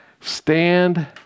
stand